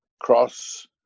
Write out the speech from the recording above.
cross